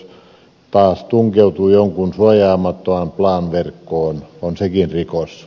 jos taas tunkeutuu jonkun suojaamattoman wlan verkkoon on sekin rikos